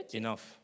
enough